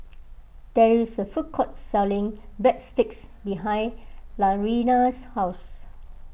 there is a food court selling Breadsticks behind Latrina's house